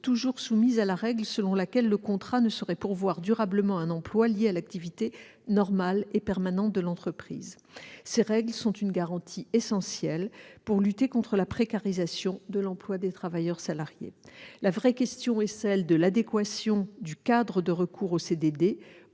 toujours soumise à la règle selon laquelle le contrat ne saurait pourvoir durablement un emploi lié à l'activité normale et permanente de l'entreprise. Cette règle apporte une garantie essentielle pour lutter contre la précarisation de l'emploi des travailleurs salariés. La vraie question est celle de l'adéquation du cadre de recours au CDD aux caractéristiques propres d'un secteur ou